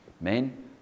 Men